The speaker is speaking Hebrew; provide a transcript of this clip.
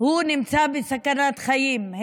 הוא נמצא בסכנת חיים.